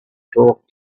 talk